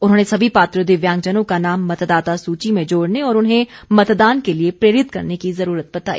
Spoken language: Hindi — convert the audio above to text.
उन्होंने सभी पात्र दिव्यांगजनों का नाम मतदाता सूची में जोड़ने और उन्हें मतदान के लिए प्रेरित करने की जरूरत बताई